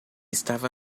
estava